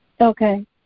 Okay